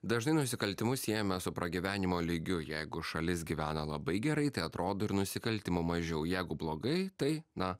dažnai nusikaltimus siejame su pragyvenimo lygiu jeigu šalis gyvena labai gerai tai atrodo ir nusikaltimų mažiau jeigu blogai tai na